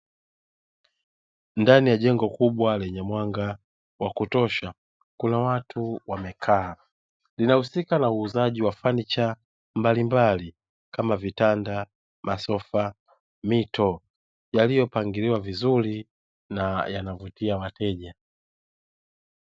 Ndani ya jengo kubwa lenye mwanga wa kutosha kuna watu wamekaa, linahusika na uuzaji wa fanicha mbalimbali kama: vitanda, masofa, mito yaliyopangiliwa vizuri na yanavutia wateja.